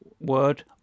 word